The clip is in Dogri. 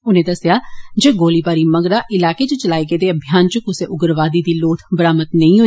उनें दस्सेआ जे गोलीबारी मगरा इलाके च चलाए गेदे अभियान च कुसै उग्रवादी दी लोथ बरामद नेई होई